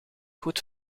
goed